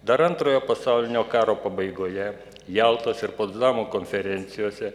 dar antrojo pasaulinio karo pabaigoje jaltos ir potsdamo konferencijose